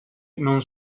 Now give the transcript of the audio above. non